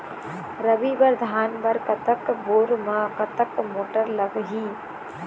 रबी बर धान बर कतक बोर म कतक मोटर लागिही?